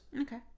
Okay